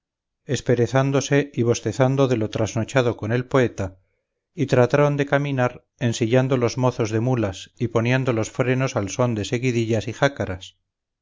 vida esperezándose y bostezando de lo trasnochado con el poeta y trataron de caminar ensillando los mozos de mulas y poniendo los frenos al son de seguidillas y jácaras